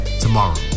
tomorrow